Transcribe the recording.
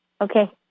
Okay